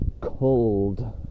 cold